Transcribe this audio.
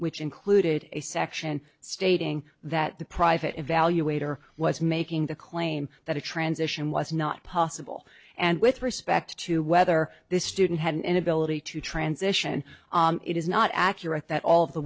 which included a section stating that the private evaluator was making the claim that a transition was not possible and with respect to whether this student had an inability to transition it is not accurate that all